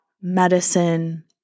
medicine